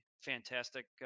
Fantastic